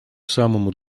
самому